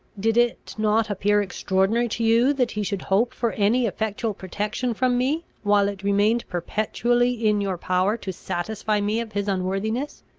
did it not appear extraordinary to you, that he should hope for any effectual protection from me, while it remained perpetually in your power to satisfy me of his unworthiness?